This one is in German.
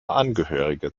angehörige